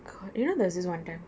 god you know there was this [one] time